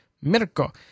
Mirko